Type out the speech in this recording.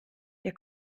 der